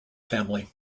family